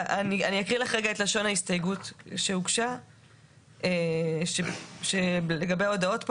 אקרא לך את לשון ההסתייגות שהוגשה לגבי ההודעות: